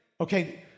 Okay